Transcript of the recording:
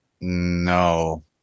No